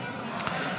נתקבלה.